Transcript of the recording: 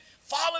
follow